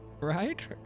Right